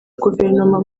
guverinoma